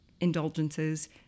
indulgences